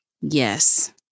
Yes